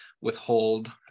withhold